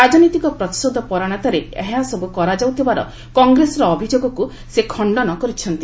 ରାଜନୈତିକ ପ୍ରତିଶୋଧ ପରାୟଣତାରେ ଏହାସବୁ କରାଯାଉଥିବାର କଂଗ୍ରେସର ଅଭିଯୋଗକୁ ସେ ଖଶ୍ଚନ କରିଛନ୍ତି